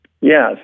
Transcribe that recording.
yes